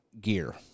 gear